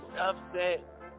upset